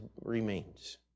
remains